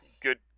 Good